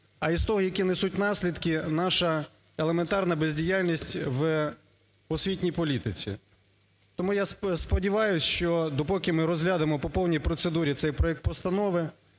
а із того, які несуть наслідки наша елементарна бездіяльність в освітній політиці. Тому я сподіваюся, що допоки ми розглянемо по повній процедурі цей проект постанови,